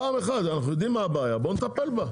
פעם אחת אנחנו יודעים מה הבעיה, בואו נטפל בה.